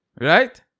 right